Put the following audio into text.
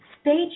Stage